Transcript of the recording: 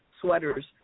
sweaters